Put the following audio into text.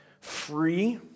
free